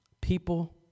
people